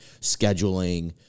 scheduling